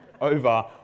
over